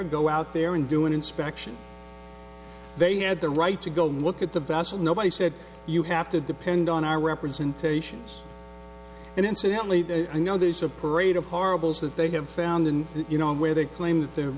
or go out there and do an inspection they had the right to go and look at the vessel nobody said you have to depend on our representations and incidentally that i know there's a parade of horribles that they have found in that you know where they claim that their